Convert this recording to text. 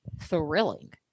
thrilling